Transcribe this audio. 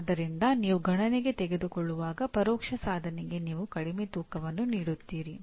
ಆದ್ದರಿಂದ ನೀವು ಗಣನೆಗೆ ತೆಗೆದುಕೊಳ್ಳುವಾಗ ಪರೋಕ್ಷ ಸಾಧನೆಗೆ ನೀವು ಕಡಿಮೆ ತೂಕವನ್ನು ನೀಡುತ್ತೀರಿ